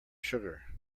sugar